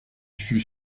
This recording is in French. fut